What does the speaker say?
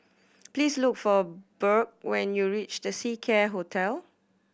please look for Burke when you reach The Seacare Hotel